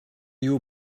you